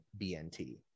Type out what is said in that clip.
BNT